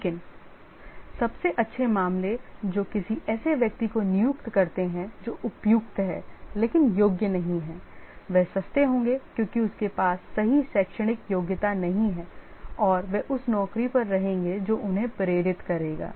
लेकिन सबसे अच्छे मामले जो किसी ऐसे व्यक्ति को नियुक्त करते हैं जो उपयुक्त है लेकिन योग्य नहीं है वे सस्ते होंगे क्योंकि उनके पास सही शैक्षणिक योग्यता नहीं है और वे उस नौकरी पर रहेंगे जो उन्हें प्रेरित करेगा